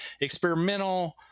experimental